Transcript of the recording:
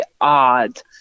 odd